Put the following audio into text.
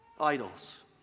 Idols